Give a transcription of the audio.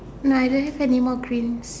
nah I don't have anymore prints